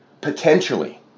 potentially